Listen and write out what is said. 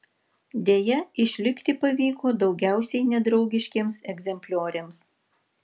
deja išlikti pavyko daugiausiai nedraugiškiems egzemplioriams